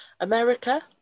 America